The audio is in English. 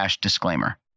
disclaimer